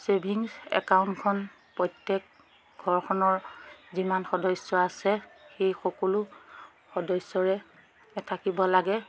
savings একাউণ্টখন প্ৰত্যেক ঘৰখনৰ যিমান সদস্য আছে সেই সকলো সদস্যৰে থাকিব লাগে